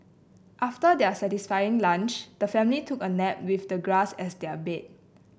after their satisfying lunch the family took a nap with the grass as their bed